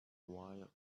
while